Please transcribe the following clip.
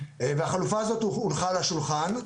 והחלופה הזאת הונחה על השולחן.